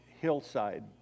Hillside